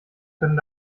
können